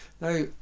Now